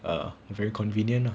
a very convenient ah